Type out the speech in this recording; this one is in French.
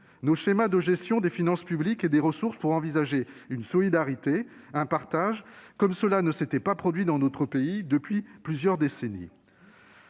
nos schémas de gestion des finances publiques et des ressources pour envisager une solidarité, un partage comme cela ne s'était pas produit dans notre pays depuis plusieurs décennies.